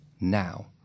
now